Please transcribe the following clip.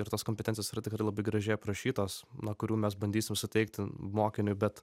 ir tos kompetencijos yra tikrai labai gražiai aprašytos na kurių mes bandysim suteikti mokiniui bet